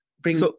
Bring